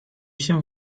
się